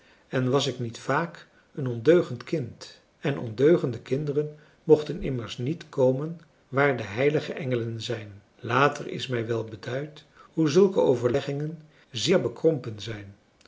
en was ik niet vaak een ondeugend kind en ondeugende kinderen mochten immers niet komen waarde heilige engelen zijn later is mij wel beduid hoe zulke françois haverschmidt familie en kennissen overleggingen zeer bekrompen